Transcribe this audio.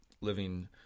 living